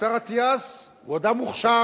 והשר אטיאס הוא אדם מוכשר,